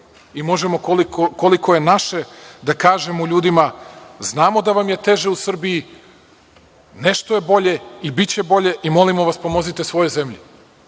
i možemo koliko je naše da kažemo ljudima – znamo da vam je teže u Srbiji, nešto je bolje i biće bolje i molimo vas pomozite svojoj zemlji.